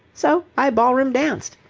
so i ball-room danced.